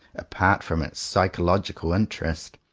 apart from its psychological interest,